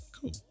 cool